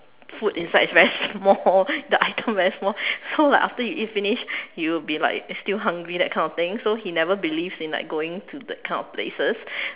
food inside is very small the item very small so like after you eat finish you will be like still hungry that kind of thing so he never believe in like going to that kind of places